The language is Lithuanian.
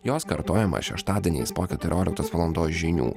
jos kartojimą šeštadieniais po keturioliktos valandos žinių